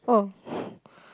oh